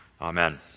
Amen